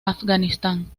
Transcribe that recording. afganistán